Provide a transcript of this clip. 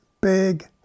big